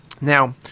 Now